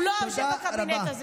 הוא לא היה יושב בקבינט הזה.